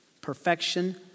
perfection